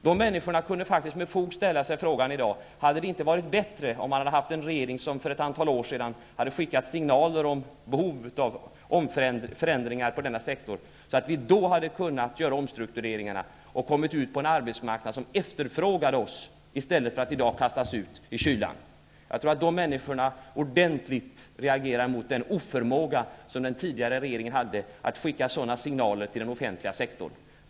De människorna kan med fog ställa sig frågan om det inte hade varit bättre med en regering som för ett antal år sedan hade skickat signaler om behovet av förändringar på denna sektor, så att det hade gjorts omstruktureringar och de hade kommit ut på en arbetsmarknad som efterfrågat dem, i stället för att i dag kastas ut i kylan. Jag tror att de människorna reagerar ordentligt mot den oförmåga som den tidigare regeringen hade att skicka sådana signaler till den offentliga sektorn.